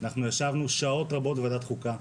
ישבנו שעות רבות מהבוקר ועד הלילה בוועדת החוקה,